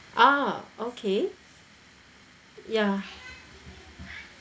uh okay ya